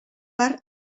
per